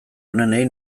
onenei